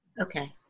okay